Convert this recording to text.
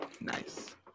Nice